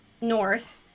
north